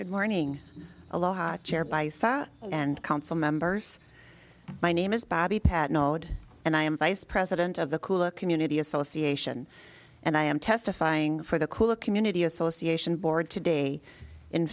good morning aloha chair by sat and council members my name is bobby pat nod and i am vice president of the cool a community association and i am testifying for the cooler community association board today in